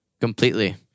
completely